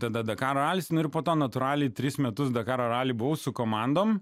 tada dakaro ralis ir po to natūraliai tris metus dakaro ralyje buvo su komandom